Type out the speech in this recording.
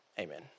Amen